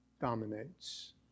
dominates